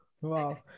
Wow